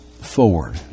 forward